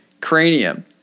cranium